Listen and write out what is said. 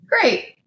Great